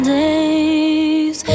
days